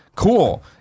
Cool